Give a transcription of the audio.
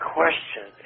question